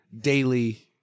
daily